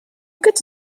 get